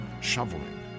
shoveling